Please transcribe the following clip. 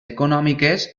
econòmiques